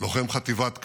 לוחם בחטיבת כפיר,